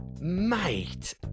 mate